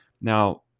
now